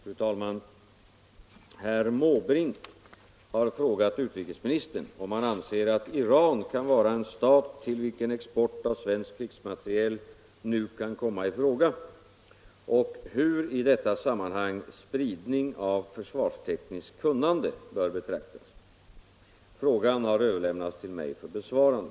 Fru talman! Herr Måbrink har frågat utrikesministern om han anser att Iran kan vara en stat till vilken export av svensk krigsmateriel nu kan komma i fråga och hur i detta sammanhang spridning av försvarstekniskt kunnande bör betraktas. Frågan har överlämnats till mig för besvarande.